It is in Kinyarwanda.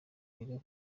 biga